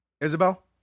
Isabel